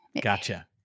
Gotcha